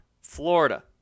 Florida